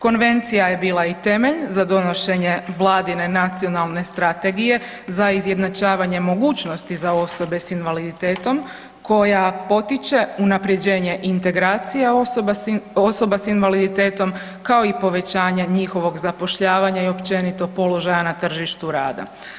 Konvencija je bila i temelj za donošenje Vladine Nacionalne strategije za izjednačavanje mogućnosti za osobe s invaliditetom koja potiče unapređenje integracije osoba s invaliditetom, kao i povećanja njihovog zapošljavanja i općenito položaja na tržištu rada.